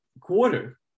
quarter